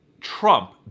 Trump